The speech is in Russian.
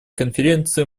конференции